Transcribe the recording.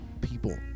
people